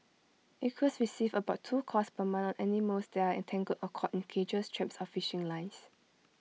acres receives about two calls per month on animals that are entangled or caught in cages traps or fishing lines